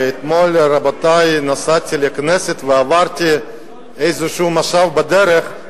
אתמול נסעתי לכנסת ועברתי בדרך במושב,